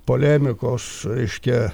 polemikos reiškia